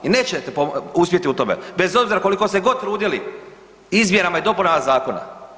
I nećete uspjet u tome bez obzira koliko se god trudili izmjenama i dopunama zakona.